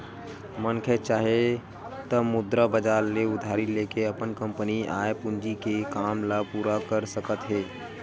मनखे चाहे त मुद्रा बजार ले उधारी लेके अपन कंपनी म आय पूंजी के काम ल पूरा कर सकत हे